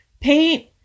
paint